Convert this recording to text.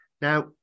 Now